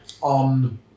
on